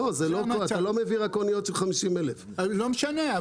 אתה לא מביא אניות רק של 50,000. לא משנה.